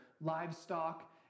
livestock